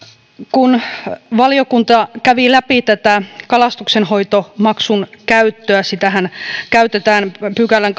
valiokunta kävi läpi tätä kalastuksenhoitomaksun käyttöä sitähän käytetään kahdeksannenkymmenennentoisen pykälän